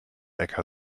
äcker